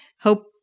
hope